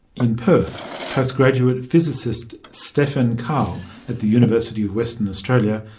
in perth, postgraduate physicist stephan karl at the university of western australia,